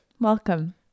Welcome